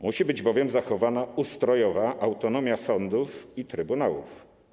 Musi być bowiem zachowana ustrojowa autonomia sądów i trybunałów.